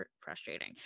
frustrating